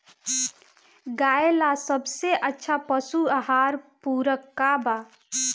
गाय ला सबसे अच्छा पशु आहार पूरक का बा?